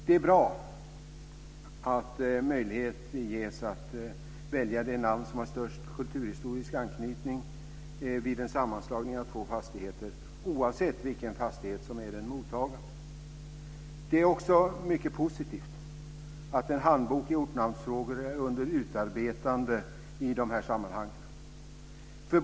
Det är bra att möjlighet ges att välja det namn som har störst kulturhistorisk anknytning vid en sammanslagning av två fastigheter oavsett vilken fastighet som är det mottagande. Det är också mycket positivt att en handbok i ortnamnsfrågor är under utarbetande i dessa sammanhang.